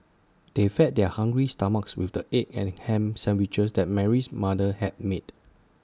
they fed their hungry stomachs with the egg and Ham Sandwiches that Mary's mother had made